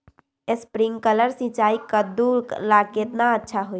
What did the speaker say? Sprinkler सिंचाई कददु ला केतना अच्छा होई?